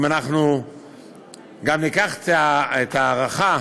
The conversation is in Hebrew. אם ניקח את ההערכה